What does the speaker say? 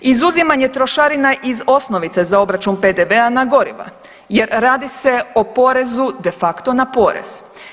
Izuzimanje trošarina iz osnovice za obračun PDV-a na goriva jer radi se o porezu de facto na porez.